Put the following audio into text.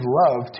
love